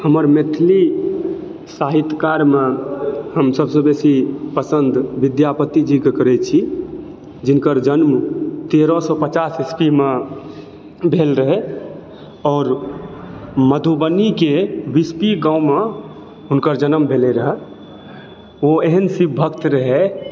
हमर मैथिली साहित्यकारमे हम सबसँ बेसी पसन्द विद्यापति जीके करैत छी जिनकर जन्म तेरह सए पचास ईस्वीमे भेल रहए आओर मधुबनीके बिस्फी गाँवमे हुनकर जनम भेलै रहऽ ओ एहन शिवभक्त रहए